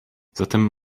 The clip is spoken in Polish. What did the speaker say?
zatem